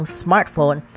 smartphone